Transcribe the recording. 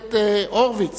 הכנסת הורוביץ